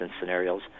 scenarios